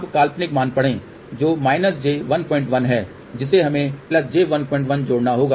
अब काल्पनिक मान पढ़ें जो j11 है जिसे हमें j11 जोड़ना होगा